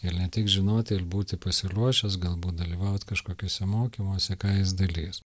ir ne tik žinoti ir būti pasiruošęs gal būt dalyvaut kažkokiuose mokymuose ką jis darys